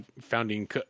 founding